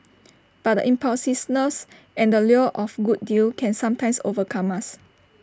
but impulsiveness and the lure of good deal can sometimes overcome us